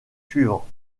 suivants